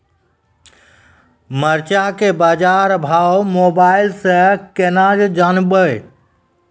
मरचा के बाजार भाव मोबाइल से कैनाज जान ब?